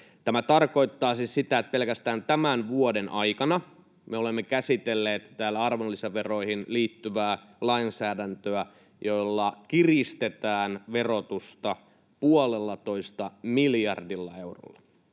Tämä tarkoittaa siis sitä, että pelkästään tämän vuoden aikana me olemme käsitelleet täällä arvonlisäveroihin liittyvää lainsäädäntöä, jolla kiristetään verotusta puolellatoista miljardilla eurolla